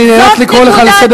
אני נאלץ לקרוא אותך לסדר,